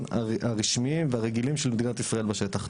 הרשמיים והרגילים של מדינת ישראל בשטח.